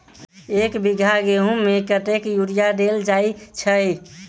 एक बीघा गेंहूँ मे कतेक यूरिया देल जाय छै?